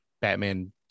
batman